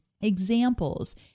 examples